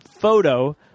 photo